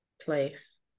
place